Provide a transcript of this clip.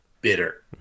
bitter